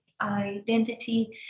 identity